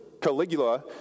Caligula